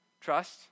trust